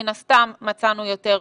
מן הסתם מצאנו יותר מאומתים.